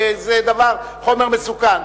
זה חומר מסוכן,